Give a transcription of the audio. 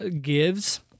gives